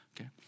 okay